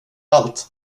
allt